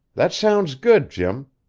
that sounds good, jim.